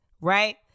Right